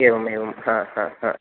एवम् एवं हा हा हा